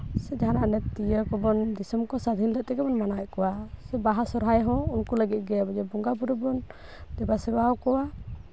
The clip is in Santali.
ᱥᱮ ᱡᱟᱦᱟᱱᱟᱜ ᱞᱟᱹᱠᱛᱤ ᱤᱭᱟᱹ ᱠᱚᱵᱚᱱ ᱫᱤᱥᱚᱢ ᱠᱚ ᱥᱟᱹᱫᱷᱤᱱ ᱠᱟᱛᱮᱜ ᱜᱮᱵᱚᱱ ᱢᱟᱱᱟᱣ ᱮᱜ ᱠᱚᱣᱟ ᱥᱮ ᱵᱟᱦᱟ ᱥᱚᱨᱦᱟᱭ ᱦᱚᱸ ᱩᱱᱠᱩ ᱞᱟᱹᱜᱤᱫ ᱜᱮ ᱵᱚᱸᱜᱟᱼᱵᱳᱨᱳ ᱵᱚᱱ ᱫᱮᱵᱟ ᱥᱮᱵᱟᱣ ᱠᱚᱣᱟ